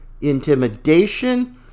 intimidation